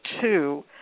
two